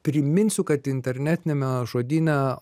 priminsiu kad internetiniame žodyne